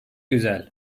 güzel